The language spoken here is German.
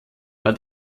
war